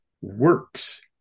works